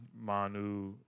Manu